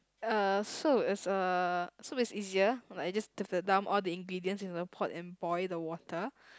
uh so it's uh so it's easier like you just have to dump into the pot and boil the water